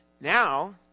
Now